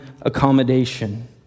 accommodation